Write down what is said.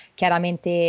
chiaramente